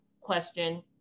question